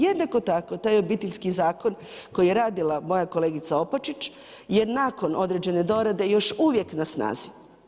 Jednako tako taj obiteljski zakon koji je radila moja kolegica Opačić je nakon određene dorade još uvijek na snazi.